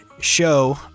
show